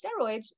steroids